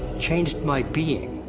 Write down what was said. changed my being,